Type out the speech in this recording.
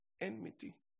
enmity